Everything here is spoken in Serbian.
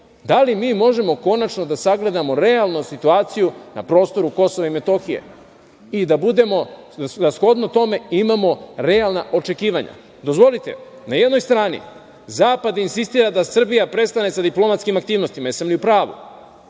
da li mi možemo konačno da sagledamo realno situaciju na prostoru Kosova i Metohije i da shodno tome imamo realna očekivanja? Dozvolite, na jednoj strani zapad insistira da Srbija prestane sa diplomatskim aktivnostima, jesam li u pravu?